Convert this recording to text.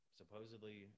supposedly